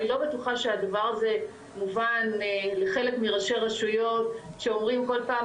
אני לא בטוחה שזה מובן לחלק מראשי רשויות שאומרים כל הזמן,